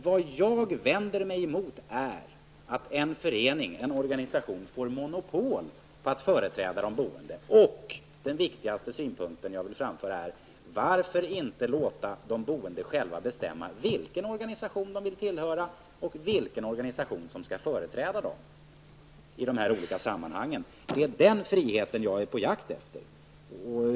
Vad jag vänder mig emot är att en förening eller organisation får monopol på att företräda de boende. Den viktigaste synpunkten och frågan är: Varför inte låta de boende själva bestämma vilken organisation som de vill tillhöra och vilken organisation som skall företräda dem i dessa sammanhang? Det är den friheten jag är på jakt efter.